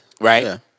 Right